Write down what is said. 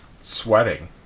sweating